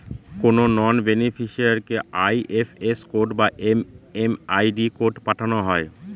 কোনো নন বেনিফিসিরইকে IFS code বা এম.এম.আই.ডি কোড পাঠানো হয়